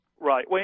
Right